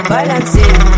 Balancing